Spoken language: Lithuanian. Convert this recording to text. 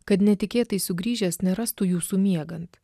kad netikėtai sugrįžęs nerastų jūsų miegant